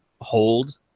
hold